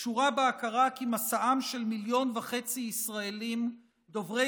קשורה בהכרה כי מסעם של מיליון וחצי ישראלים דוברי